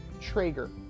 Traeger